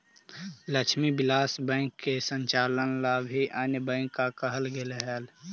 Lakshmi Vilas bank के संचालन ला भी अन्य बैंक को कहल गेलइ हल